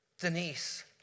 Denise